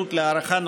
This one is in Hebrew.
לומר שהוא מסיר אותה?